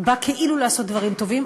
בא כאילו לעשות דברים טובים,